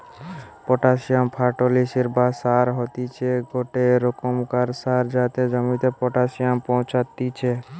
potassium ফার্টিলিসের বা সার হতিছে গটে রোকমকার সার যাতে জমিতে পটাসিয়াম পৌঁছাত্তিছে